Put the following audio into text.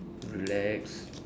relax